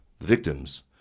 victims